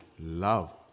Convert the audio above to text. love